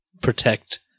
protect